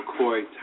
McCoy